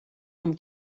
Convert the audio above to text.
amb